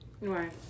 Right